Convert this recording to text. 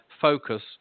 focus